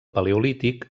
paleolític